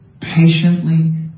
patiently